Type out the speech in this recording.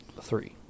three